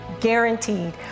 guaranteed